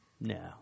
No